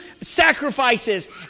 sacrifices